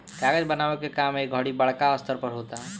कागज बनावे के काम ए घड़ी बड़का स्तर पर होता